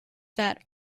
that